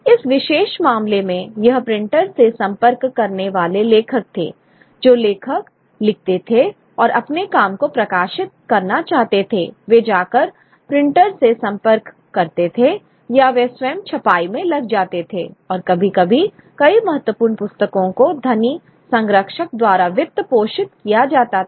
इस विशेष मामले में यह प्रिंटर से संपर्क करने वाले लेखक थे जो लेखक लिखते थे और अपने काम को प्रकाशित करना चाहते थे वे जाकर प्रिंटर से संपर्क करते थे या वे स्वयं छपाई में लग जाते थे और कभी कभी कई महत्वपूर्ण पुस्तकों को धनी संरक्षक द्वारा वित्त पोषित किया जाता था